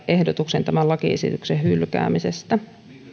ehdotuksen tämän lakiesityksen hylkäämisestä